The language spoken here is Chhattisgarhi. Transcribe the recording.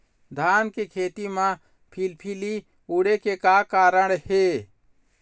धान के खेती म फिलफिली उड़े के का कारण हे?